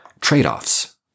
trade-offs